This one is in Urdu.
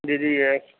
جی جی یس